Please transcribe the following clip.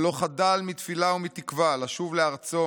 ולא חדל מתפילה ומתקווה לשוב לארצו